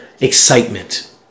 excitement